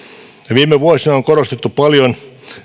viime vuosina on korostettu paljon